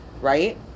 right